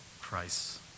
Christ